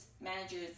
managers